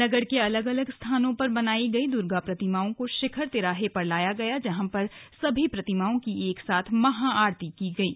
नगर के अलग अलग स्थानों पर बनायी गयी दुर्गा प्रतिमाओं को शिखर तिराहे पर लाया गया जहां पर सभी प्रतिमाओं की एक साथ महा आरती की गयी